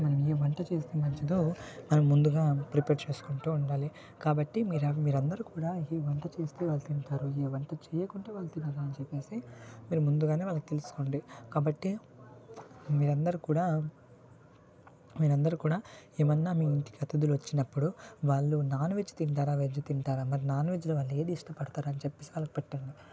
మనం ఏ వంట చేస్తే మంచిదో ముందుగా ప్రిపేర్ చేసుకుంటు ఉండాలి కాబట్టి మీరు మీరు అందరు కూడా ఏ వంట చేస్తే వాళ్ళు తింటారు ఏ వంట చేయకుంటే తినరు అని చెప్పేసి మీరు ముందుగానే వాళ్ళను తెలుసుకోండి కాబట్టి మీరందరు కూడా మీరందరు కూడా ఏమన్నా మీ ఇంటికి అతిధులు వచ్చినప్పుడు వాళ్ళు నాన్ వెజ్ తింటారా వెజ్ తింటారా అన్నది నాన్ వెజ్లో వాళ్ళు ఏది ఇష్టపడతారు అని చెప్పేసి వాళ్ళకు పెట్టాలి